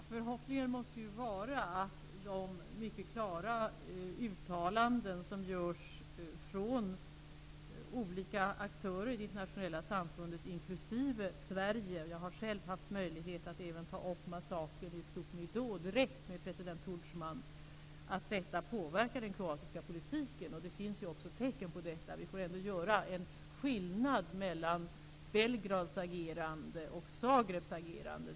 Herr talman! Förhoppningen måste ju vara att de mycket klara uttalanden som görs från olika aktörer inom det internationella samfundet inklusive Sverige -- jag hade själv möjligheten att ta upp massakern i Bosnien direkt med president Tudjman -- påverkar den kroatiska politiken. Det finns också tecken på detta. Vi måste ändå göra en skillnad mellan Belgrads agerande och Zagrebs agerande.